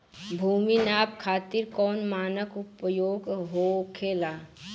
भूमि नाप खातिर कौन मानक उपयोग होखेला?